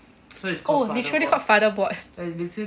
oh literally called father board